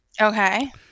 Okay